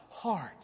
heart